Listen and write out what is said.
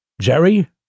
Jerry